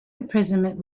imprisonment